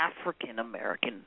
African-American